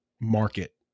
market